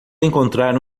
encontraram